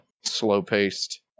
slow-paced